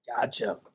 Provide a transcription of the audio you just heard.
Gotcha